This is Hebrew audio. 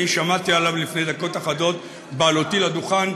אני שמעתי עליו לפני דקות אחדות בעלותי לדוכן.